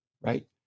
right